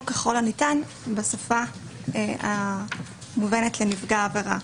ככל הניתן בשפה המובנת לנפגע העבירה.